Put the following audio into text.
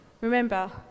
Remember